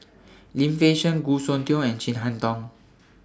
Lim Fei Shen Goh Soon Tioe and Chin Harn Tong